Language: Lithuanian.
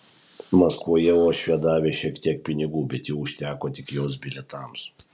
maskvoje uošvė davė šiek tiek pinigų bet jų užteko tik jos bilietams